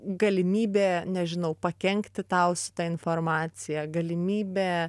galimybė nežinau pakenkti tau su ta informacija galimybė